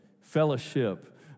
fellowship